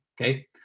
okay